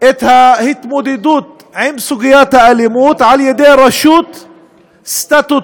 את ההתמודדות עם סוגיית האלימות על-ידי רשות סטטוטורית,